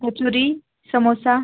kachori samosa